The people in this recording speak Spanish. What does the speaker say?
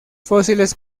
fósiles